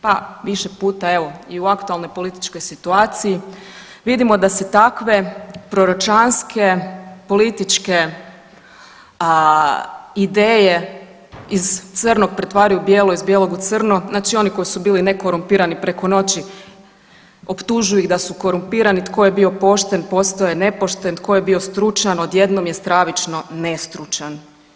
Pa više puta evo i u aktualnoj političkoj situaciji vidimo da se takve proročanske političke ideje iz crnog pretvaraju u bijelo, iz bijelog u crno, znači oni koji su bili nekorumpirani preko noći optužuju ih da su korumpirani, tko je bio pošten postao je nepošten, tko je bio stručan odjednom je stravično nestručan.